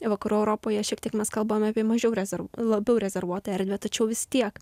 vakarų europoje šiek tiek mes kalbame apie mažiau rezervuo labiau rezervuota erdvę tačiau vis tiek